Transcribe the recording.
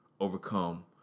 overcome